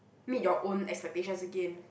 meet your own expectations again